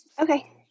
Okay